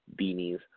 beanies